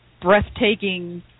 breathtaking